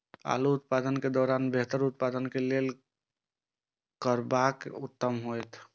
आलू उत्पादन के दौरान बेहतर उत्पादन के लेल की करबाक उत्तम होयत?